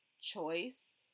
choice